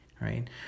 right